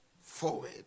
forward